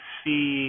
see